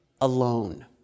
alone